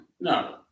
No